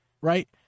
right